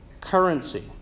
currency